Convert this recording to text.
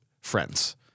friends